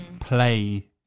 play